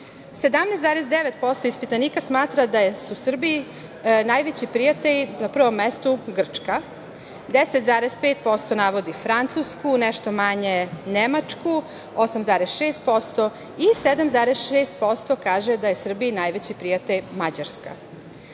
17,9% ispitanika smatra da je Srbiji najveći prijatelj, na prvom mestu, Grčka, 10,5% navodi Francusku, nešto manje Nemačku 8,6% i 7,6% kaže da je Srbiji najveći prijatelj Mađarska. Drugo